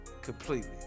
completely